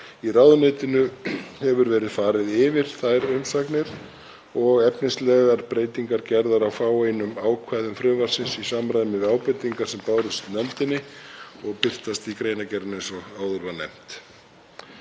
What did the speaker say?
Í ráðuneytinu hefur verið farið yfir þær umsagnir og efnislegar breytingar gerðar á fáeinum ákvæðum frumvarpsins í samræmi við ábendingar sem bárust nefndinni og birtast í greinargerðinni, eins og áður var nefnt.